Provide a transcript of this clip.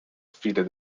defeated